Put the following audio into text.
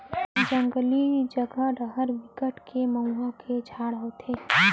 जंगली जघा डहर बिकट के मउहा के झाड़ होथे